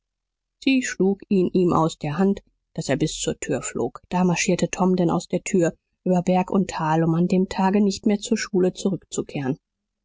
sie schlug ihn ihm aus der hand daß er bis zur tür flog da marschierte tom denn aus der tür über berg und tal um an dem tage nicht mehr zur schule zurückzukehren